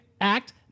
Act